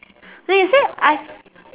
then you said I